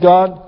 God